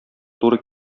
туры